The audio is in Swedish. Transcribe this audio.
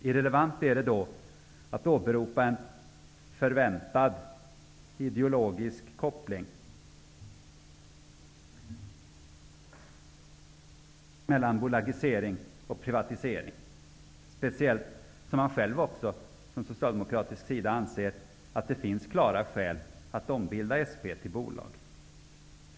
Irrelevant är det att då åberopa en förväntad ideologisk koppling mellan bolagisering och privatisering, speciellt som man också från socialdemokratisk sida anser att det finns klara skäl att ombilda SP till bolag.